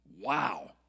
Wow